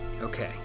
okay